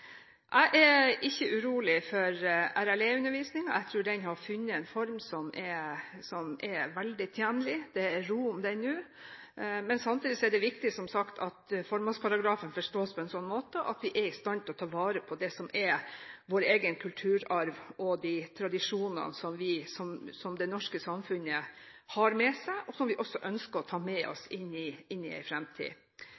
Jeg er ikke urolig for RLE-undervisningen. Jeg tror den har funnet en form som er veldig tjenlig. Det er ro om den nå. Samtidig er det som sagt viktig at formålsparagrafen forstås på en slik måte at vi er i stand til å ta vare på det som er vår egen kulturarv og de tradisjonene som det norske samfunnet har med seg, og som vi ønsker å ta med oss